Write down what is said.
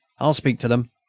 i'll speak to them.